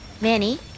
Manny